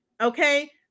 okay